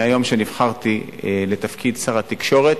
מהיום שנבחרתי לתפקיד שר התקשורת,